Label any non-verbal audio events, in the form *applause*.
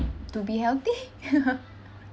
to be healthy *laughs*